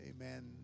Amen